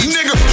Nigga